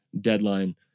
deadline